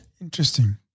Interesting